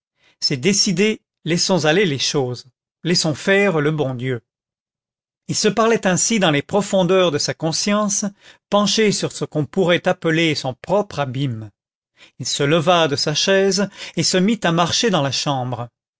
c'est décidé laissons aller les choses laissons faire le bon dieu il se parlait ainsi dans les profondeurs de sa conscience penché sur ce qu'on pourrait appeler son propre abîme il se leva de sa chaise et se mit à marcher dans la chambre